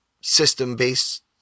system-based